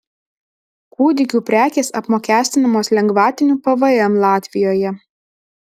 kūdikių prekės apmokestinamos lengvatiniu pvm latvijoje